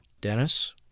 Dennis